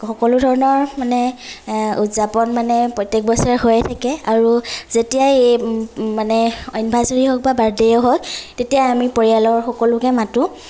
সকলো ধৰণৰ মানে উদযাপন মানে প্ৰত্য়েক বছৰে হৈয়ে থাকে আৰু যেতিয়াই এই মানে এনিভাৰ্চেৰিয়ে হওক বা বাৰ্থডেয়ে হওক তেতিয়াই আমি পৰিয়ালৰ সকলোকে মাতোঁ